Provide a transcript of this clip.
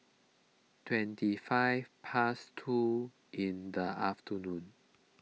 twenty five past two in the afternoon